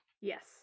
Yes